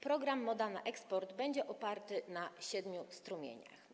Program „Moda na eksport” będzie oparty na siedmiu strumieniach.